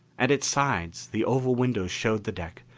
at its sides the oval windows showed the deck,